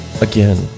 again